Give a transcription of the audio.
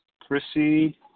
Chrissy